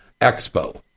Expo